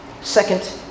second